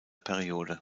periode